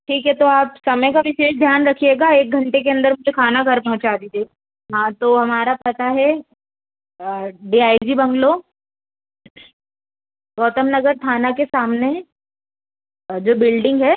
ठीक है तो आप समय का विशेष ध्यान रखिएगा एक घंटे के अंदर जो खाना घर पहुँचा दीजिएगा हाँ तो हमारा पता है D I G bungalow Gautam Nagar थाना के सामने जो बिल्डिंग है